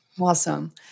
Awesome